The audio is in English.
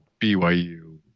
BYU